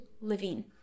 living